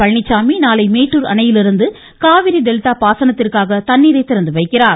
பழனிசாமி நாளை மேட்டுர் அணையிலிருந்து காவிரி டெல்டா பாசனத்திற்காக தண்ணீரை திறந்து வைக்கிறார்